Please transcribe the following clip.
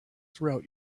throughout